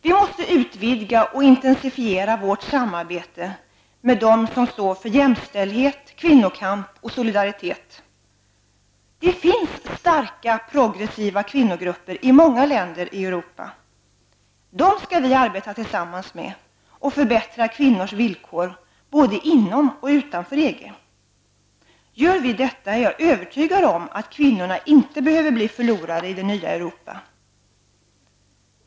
Vi måste utvidga och intensifiera vårt samarbete med dem som står för jämställdhet, kvinnokamp och solidaritet. Det finns starka progressiva kvinnogrupper i många länder i Europa. Dem skall vi arbeta tillsammans med och förbättra kvinnors villkor både inom och utanför EG. Gör vi detta är jag övertygad om att kvinnorna inte behöver bli förlorare i det nya Europa.